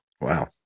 Wow